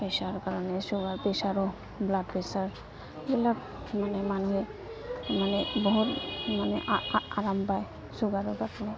প্ৰেচাৰৰ কাৰণে চুগাৰ প্ৰেচাৰো blood pressure এইবিলাক মানে মানুহে মানে বহুত মানে আৰাম পায় চুগাৰৰ কাৰে